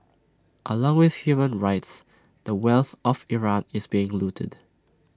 along with human rights the wealth of Iran is being looted